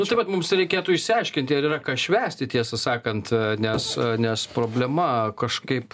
nu tai vat mums reikėtų išsiaiškinti ar yra ką švęsti tiesą sakant nes nes problema kažkaip